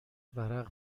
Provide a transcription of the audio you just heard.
ورق